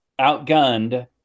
outgunned